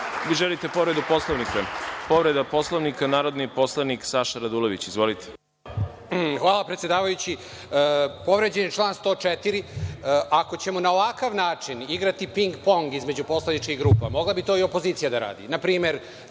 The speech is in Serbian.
želite povredu Poslovnika? (Da)Povreda Poslovnika, narodni poslanik Saša Radulović. Izvolite.